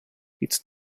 its